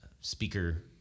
speaker